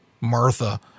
Martha